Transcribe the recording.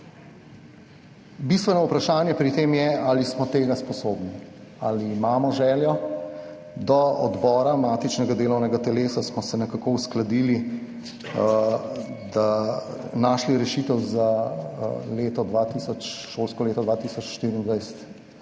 Bistveno vprašanje pri tem je, ali smo tega sposobni, ali imamo željo. Do odbora, matičnega delovnega telesa, smo se nekako uskladili, našli rešitev za šolsko leto